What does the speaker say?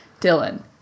Dylan